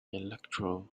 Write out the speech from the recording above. electoral